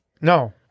No